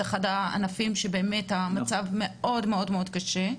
זה אחד הענפים שבאמת המצב בו מאוד-מאוד קשה.